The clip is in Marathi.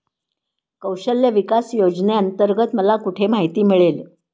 कौशल्य विकास योजनेअंतर्गत मला कुठे माहिती मिळेल?